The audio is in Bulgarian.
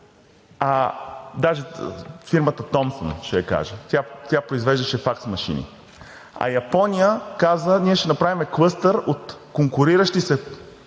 Даже фирмата „Томпсън“, ще я кажа, тя произвеждаше факс машини. А Япония каза: ние ще направим клъстер от конкуриращи се